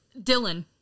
Dylan